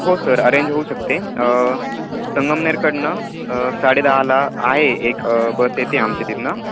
हो sir arrange होऊ शकते संगमनेरकडून साडेदहाला आहे एक बस येते आमच्या तिथून